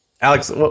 Alex